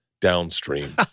downstream